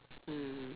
mm